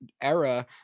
era